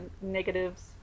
negatives